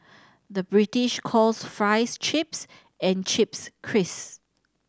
the British calls fries chips and chips crisp